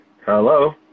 Hello